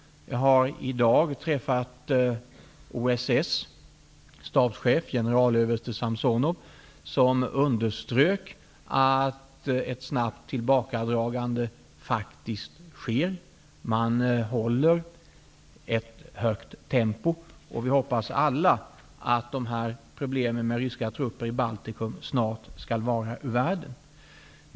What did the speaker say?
Jag har i dag träffat OSS stabschef, generalöverste Samsonov, som underströk att ett snabbt tillbakadragande faktiskt sker. Man håller ett högt tempo, och vi hoppas alla att problemen med ryska trupper i Baltikum snabbt skall vara ur världen.